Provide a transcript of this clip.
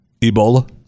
Ebola